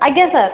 ଆଜ୍ଞା ସାର୍